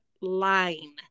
line